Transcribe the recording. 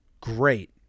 great